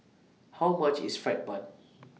How much IS Fried Bun